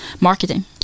marketing